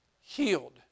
healed